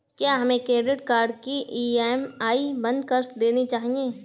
क्या हमें credit card की ई.एम.आई बंद कर देनी चाहिए?